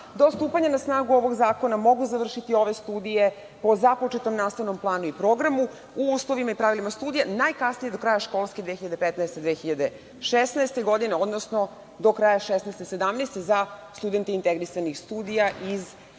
do stupanja na snagu ovog zakona mogu završiti ove studije po započetom nastavnom planu i programu u uslovima i pravilima studija, najkasnije do kraja školske 2015/2016. godine, odnosno do kraja 2016/2017. godine za studente integrisanih studija iz